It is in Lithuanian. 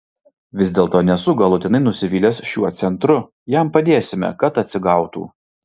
vis dėlto nesu galutinai nusivylęs šiuo centru jam padėsime kad atsigautų